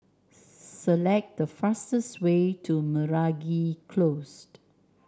select the fastest way to Meragi Close